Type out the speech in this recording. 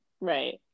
right